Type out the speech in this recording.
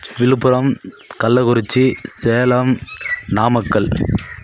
Villupuram Kallakurichi Salem Namakkal